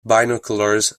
binoculars